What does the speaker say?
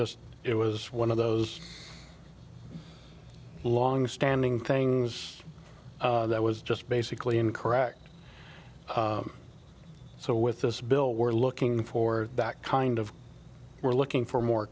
just it was one of those longstanding things that was just basically incorrect so with this bill we're looking for that kind of we're looking for more